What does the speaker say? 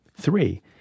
Three